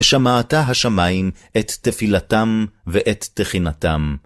שמעת השמיים את תפילתם ואת תחינתם.